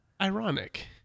ironic